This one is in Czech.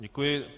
Děkuji.